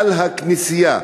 על הכניסה.